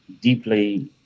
deeply